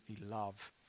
love